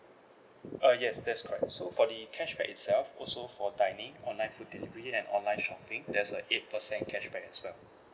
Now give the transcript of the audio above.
uh yes that's correct so for the cashback itself also for dining online food delivery and online shopping there's a eight percent cashback as well